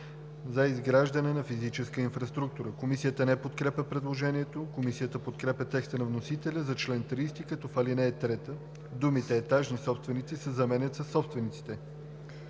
„за изграждане на физическа инфраструктура“.“ Комисията не подкрепя предложението. Комисията подкрепя текста на вносителя за чл. 30, като в ал. 3 думите „етажните собственици“ се заменят със „собствениците“.